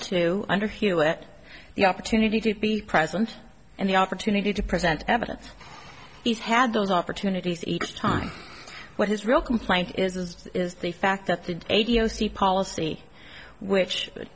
to under hewitt the opportunity to be present in the opportunity to present evidence he's had those opportunities each time what his real complaint is is is the fact that the a t o c policy which